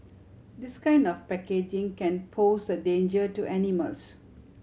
this kind of packaging can pose a danger to animals